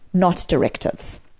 not directives.